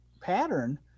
pattern